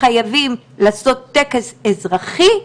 חייבים לעשות טקס אזרחי,